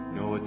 no